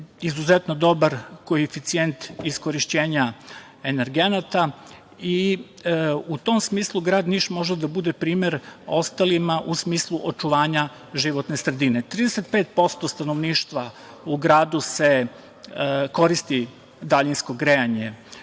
mrežu. Izuzetno dobar koeficijent iskorišćenja energenata i u tom smislu grad Niš može da bude primer ostalima u smislu očuvanja životne sredine, 35% stanovništva u gradu koristi daljinsko grejanje